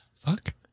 fuck